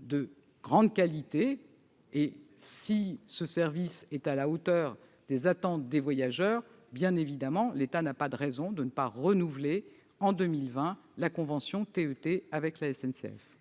de grande qualité. Si ce service est à la hauteur des attentes des voyageurs, l'État n'aura évidemment aucune raison de ne pas renouveler la convention TET avec la SNCF